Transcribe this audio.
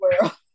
world